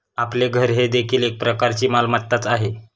आपले घर हे देखील एक प्रकारची मालमत्ताच आहे